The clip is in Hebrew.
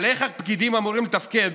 אבל איך הפקידים אמורים לתפקד